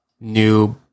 new